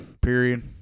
period